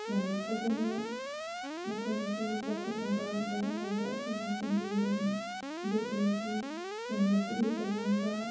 ꯌꯥꯝꯅ ꯐꯖꯅ ꯃꯈꯣꯏꯅꯁꯨ ꯂꯧꯈꯠꯅꯕ ꯌꯥꯅꯉꯥꯏꯗ ꯑꯩꯈꯣꯏꯅ ꯁꯦꯝꯕꯤꯒꯗꯕꯅꯤ ꯑꯗꯨ ꯑꯣꯏꯔꯗꯤ ꯌꯥꯝꯅ ꯇꯔꯨ ꯇꯅꯥꯟꯕ